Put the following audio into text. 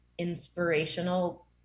inspirational